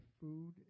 food